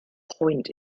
point